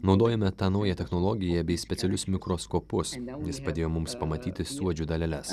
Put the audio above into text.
naudojame tą naują technologiją bei specialius mikroskopus nes padėjo mums pamatyti suodžių daleles